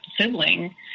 sibling